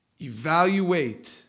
evaluate